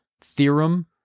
theorem